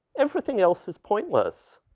everything else is pointless.